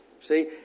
See